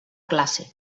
classe